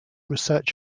research